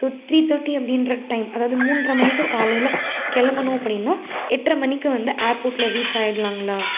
so three thirty அப்படின்ற time அதாவது மூன்றை மணிக்கு காலையில் கிளம்பணும் அப்படின்னா எட்ரை மணிக்கு வந்து ஏர்போட்டில் ரீச் ஆகிட்லாங்களா